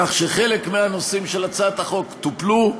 כך שחלק מהנושאים של הצעת החוק טופלו,